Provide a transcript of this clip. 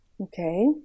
okay